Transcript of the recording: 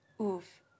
Oof